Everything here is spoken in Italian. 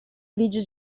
grigio